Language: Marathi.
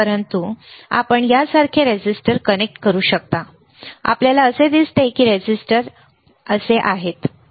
परंतु म्हणून आपण यासारखे रेझिस्टर कनेक्ट करू शकता आपल्याला असे दिसते की रेझिस्टर असे आहेत ठीक आहे